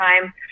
time